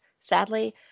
sadly